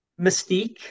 mystique